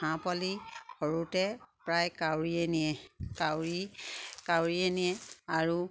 হাঁহ পোৱালি সৰুতে প্ৰায় কাউৰীয়ে নিয়ে কাউৰী কাউৰীয়ে নিয়ে আৰু